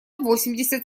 восемьдесят